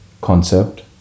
concept